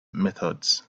methods